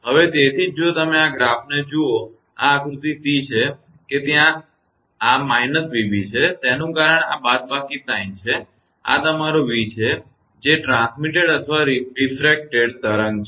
હવે તેથી જ જો તમે આ ગ્રાફને જુઓ કે આ આકૃતિ c કે તે આ −𝑣𝑏 છે તેનું કારણ આ બાદબાકી સાઇન છે અને આ તમારો v છે જે તમારો પ્રસારિત અથવા રીફ્રેક્ટ તરંગ છે